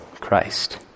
Christ